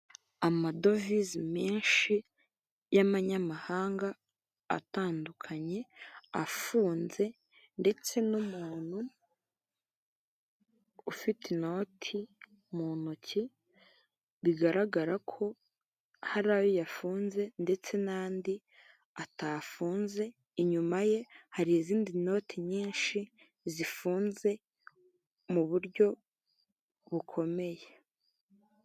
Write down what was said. Amadovize menshi y'abanyamahanga atandukanye afunze ndetse n'umuntu ufite inoti mu ntoki bigaragara ko ayo yafunze ndetse n'andi atafunze, inyuma ye hari izindi noti nyinshi zifunze mu buryo bukomeye.